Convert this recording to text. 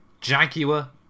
Jaguar